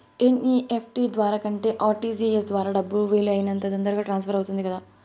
NEFT ద్వారా కంటే RTGS ద్వారా డబ్బు వీలు అయినంత తొందరగా ట్రాన్స్ఫర్ అవుతుంది కదా